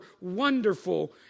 wonderful